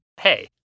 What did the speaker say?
Hey